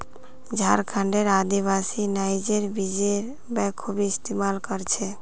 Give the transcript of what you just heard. झारखंडेर आदिवासी नाइजर बीजेर बखूबी इस्तमाल कर छेक